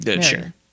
Sure